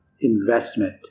investment